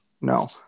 No